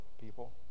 people